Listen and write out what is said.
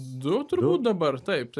du turbūt dabar taip tai